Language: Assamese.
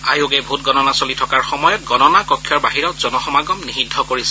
আয়োগে ভোটগণনা চলি থকাৰ সময়ত গণনা কক্ষৰ বাহিৰত জনসমাগম নিষিদ্ধ কৰিছে